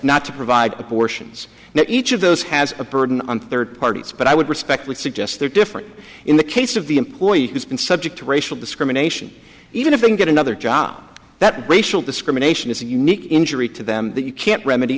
not to provide abortions now each of those has a burden on third parties but i would respectfully suggest they're different in the case of the employee who's been subject to racial discrimination even if they can get another job that way szell discrimination is a unique injury to them that you can't remedy